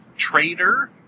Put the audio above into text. trader